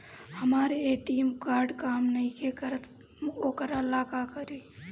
हमर ATM card काम नईखे करत वोकरा ला का करी?